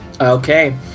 Okay